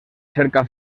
cerca